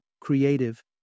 creative